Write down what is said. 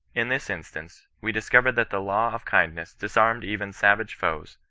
in this instance, we discover that the law of kindness disarmed even savage foes,